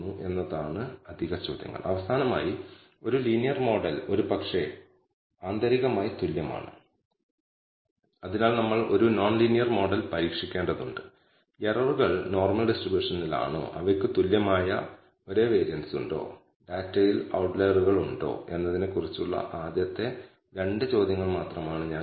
ഈ ഉപകരണത്തിന്റെ കൃത്യതയെക്കുറിച്ച് നിങ്ങൾക്ക് കുറച്ച് അറിവുണ്ടെങ്കിൽ അതിൽ നിന്ന് σ2 എടുക്കാം എന്നാൽ മിക്ക കേസുകളിലും ഡാറ്റാ വിശകലന കേസുകളിൽ ഡിപെൻഡന്റ് വേരിയബിൾ അളക്കാൻ ഉപയോഗിക്കുന്ന ഉപകരണത്തിന്റെ കൃത്യത എന്താണെന്ന് നമ്മളോട് പറഞ്ഞിട്ടില്ലായിരിക്കാം